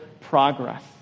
progress